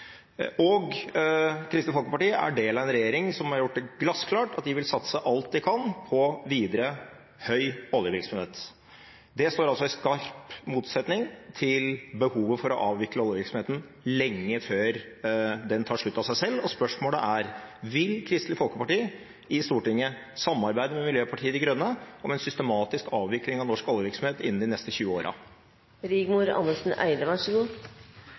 Og Kristelig Folkeparti er del av en regjering som har gjort det glassklart at de vil satse alt de kan på videre høy oljevirksomhet. Det står altså i skarp motsetning til behovet for å avvikle oljevirksomheten lenge før den tar slutt av seg selv. Og spørsmålet er: Vil Kristelig Folkeparti i Stortinget samarbeide med Miljøpartiet De Grønne om en systematisk avvikling av norsk oljevirksomhet innen de neste 20